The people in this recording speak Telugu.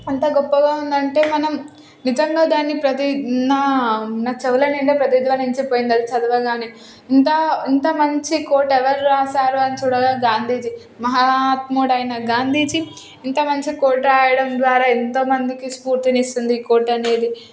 అంత గొప్పగా ఉందంటే మనం నిజంగా దాన్ని ప్రతి నా నా చెవుల నిండా ప్రతిధ్వనించిపోయింది అవి చదవగానే ఇంత ఇంత మంచి కోట్ ఎవరు వ్రాసారో అని చూడగానే గాంధీజీ మహాత్ముడైన గాంధీజీ ఇంత మంచి కోట్ వ్రాయడం ద్వారా ఎంతో మందికి స్పూర్థినిస్తుంది ఈ కోట్ అనేది